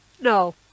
No